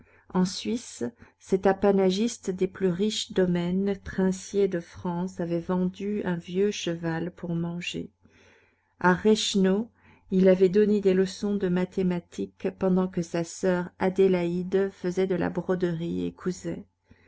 en suisse cet apanagiste des plus riches domaines princiers de france avait vendu un vieux cheval pour manger à reichenau il avait donné des leçons de mathématiques pendant que sa soeur adélaïde faisait de la broderie et cousait